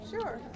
Sure